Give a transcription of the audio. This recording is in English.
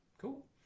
Cool